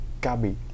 Kabi